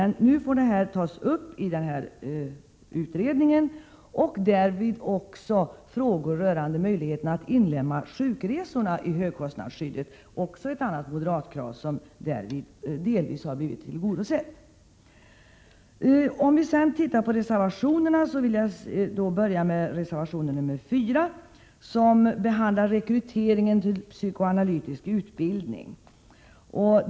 Nu får den frågan tas upp i utredningen. Där kommer också att tas upp Prot. 1987/88:115 möjligheten att inlemma sjukresorna i högkostnadsskyddet. Det är ett annat 5 maj 1988 | moderatkrav som därigenom delvis har blivit tillgodosett. Jag går sedan över till reservationerna och börjar med reservation nr 4, | som behandlar rekryteringen till psykoanalytisk utbildning.